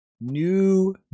New